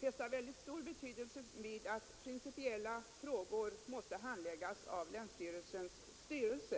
fästa mycket stor betydelse vid att principiella frågor skall handläggas av länsstyrelsens lekmannastyrelse.